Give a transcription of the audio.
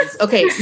Okay